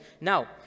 Now